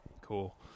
cool